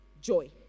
joy